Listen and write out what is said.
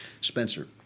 Spencer